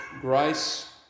grace